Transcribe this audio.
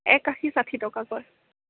এক আষিত ষাঠি টকাকৈ